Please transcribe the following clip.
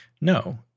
No